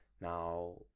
now